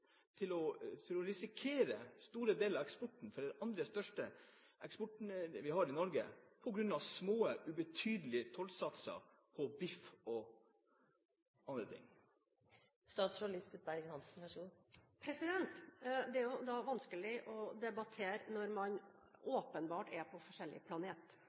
til å risikere store deler av eksporten – for dette er den nest største eksporten vi har i Norge – på grunn av små, ubetydelige tollsatser på biff og andre ting? Det er vanskelig å debattere når man åpenbart er